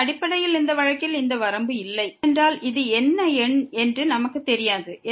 எனவே அடிப்படையில் இந்த வழக்கில் இந்த வரம்பு இல்லை ஏனென்றால் இது என்ன எண் என்று நமக்குத் தெரியாது